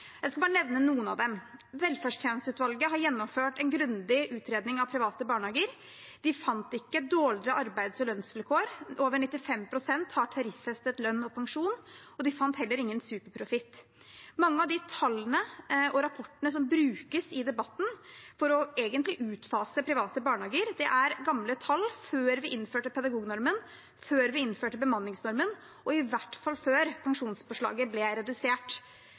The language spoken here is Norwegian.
Jeg skal nevne noen av dem: Velferdstjenesteutvalget har gjennomført en grundig utredning av private barnehager. De fant ikke dårligere arbeids- og lønnsvilkår – over 95 pst. har tariffestet lønn og pensjon. De fant heller ingen superprofitt. Mange av de tallene og rapportene som brukes i debatten for å utfase private barnehager, er gamle tall fra før vi innførte pedagognormen og bemanningsnormen og i hvert fall fra før pensjonspåslaget ble redusert.